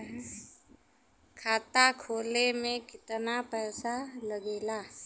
खाता खोले में कितना पैसा लगेला?